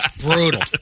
brutal